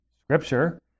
scripture